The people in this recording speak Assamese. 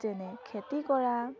যেনে খেতি কৰা